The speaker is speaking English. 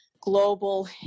global